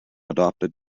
adopted